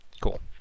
Cool